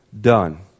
done